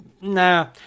Nah